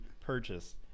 purchase